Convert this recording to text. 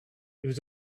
was